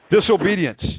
Disobedience